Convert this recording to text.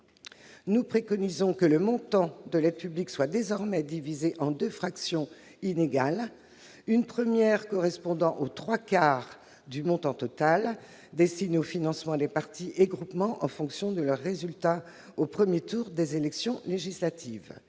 Nous préconisons que le montant de l'aide publique soit désormais divisé en deux fractions inégales : l'une, correspondant aux trois quarts du montant total, destinée au financement des partis et groupements en fonction de leurs résultats au premier tour des élections législatives